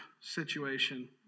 situation